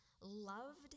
loved